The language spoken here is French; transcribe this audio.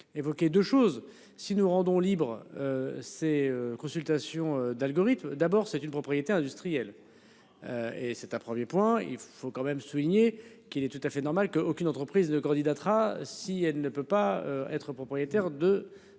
Évoquer 2 choses si nous rendons libre. Ces consultations d'algorithmes d'abord c'est une propriété industrielle. Et c'est un 1er point il faut quand même souligner qu'il est tout à fait normal qu'aucune entreprise de candidats. Si elle ne peut pas être propriétaire de